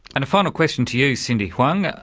and a final question to you, cindy huang.